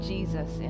Jesus